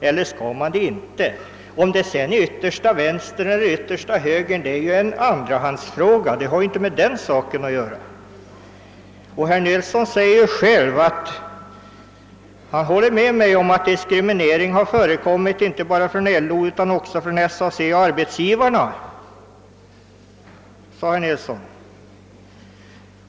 Om det sedan utgör ett stöd för den yttersta vänstern eller den yttersta högern har inte med saken att göra. Herr Nilsson anser ju att diskriminering förekommit inte bara från LO:s utan även från SAC:s och arbetsgivar nas sida.